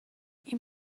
این